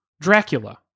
Dracula